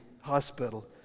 hospital